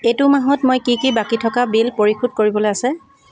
এইটো মাহত মই কি কি বাকী থকা বিল পৰিশোধ কৰিবলৈ আছে